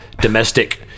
domestic